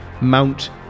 Mount